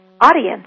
audience